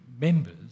members